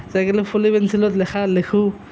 যায় ফলি পেঞ্চিলত লেখা লিখোঁ